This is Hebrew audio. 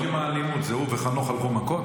לא הבנתי מה עם האלימות, הוא וחנוך הלכו מכות?